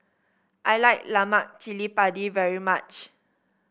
I like Lemak Cili Padi very much